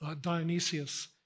Dionysius